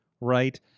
right